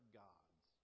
gods